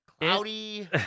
cloudy